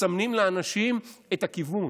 מסמנים לאנשים את הכיוון.